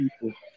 people